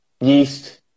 yeast